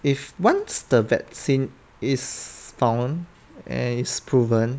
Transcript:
if once the vaccine is found and it's proven